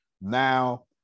Now